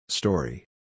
Story